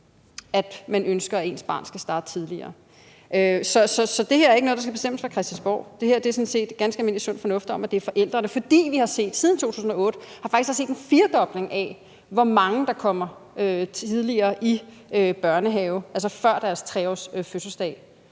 at man ønsker, at ens barn skal starte tidligere. Så det her er ikke noget, der skal bestemmes fra Christiansborgs side. Det er sådan set ganske almindelig sund fornuft, at det er forældrene, for vi har siden 2008 faktisk set en firedobling af, hvor mange der kommer tidligere i børnehave, altså før deres 3-årsfødselsdag.